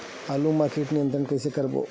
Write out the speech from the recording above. आलू मा कीट नियंत्रण कइसे करबो?